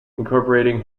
incorporating